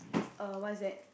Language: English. uh what is that